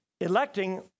electing